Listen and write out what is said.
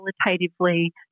qualitatively